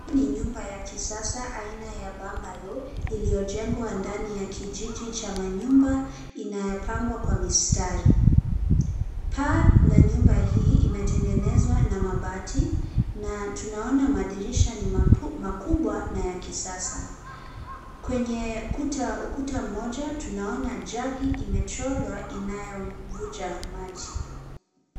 Hii ni nyumba ya kisasa aina ya Bangalo iliyojengwa ndani ya kijiji cha manyumba inayopanga kwa mistari. Paa ya nyumba hii imetengenezwa na mabati na tunaona madirisha ni makubwa na ya kisasa. Kwenyu ukuta mmoja tunaona jagi imechorwa inayovuja maji.